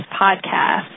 podcast